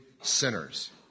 sinners